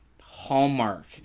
Hallmark